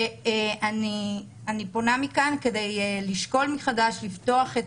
ואני פונה מכאן כדי לשקול מחדש לפתוח את